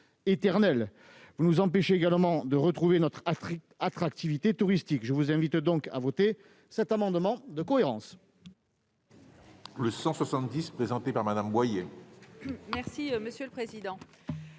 vous nous empêcherez, par ailleurs, de retrouver notre attractivité touristique. Je vous invite donc à adopter cet amendement de cohérence.